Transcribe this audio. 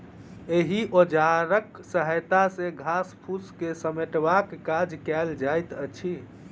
एहि औजारक सहायता सॅ घास फूस के समेटबाक काज कयल जाइत अछि